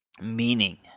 meaning